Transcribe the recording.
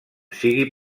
sigui